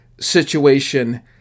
situation